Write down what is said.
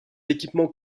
équipements